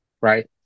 Right